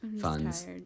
funds